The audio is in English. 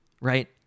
right